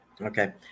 Okay